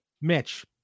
Mitch